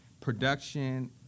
production